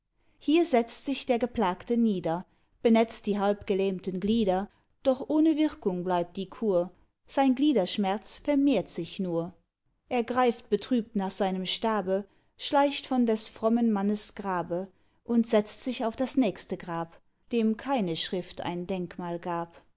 hier setzt sich der geplagte nieder benetzt die halb gelähmten glieder doch ohne wirkung bleibt die kur sein gliederschmerz vermehrt sich nur er greift betrübt nach seinem stabe schleicht von des frommen mannes grabe und setzt sich auf das nächste grab dem keine schrift ein denkmal gab